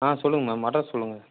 ஆ சொல்லுங்கள் ma'am address சொல்லுங்கள்